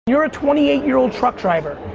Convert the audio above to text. you're a twenty eight year old truck driver,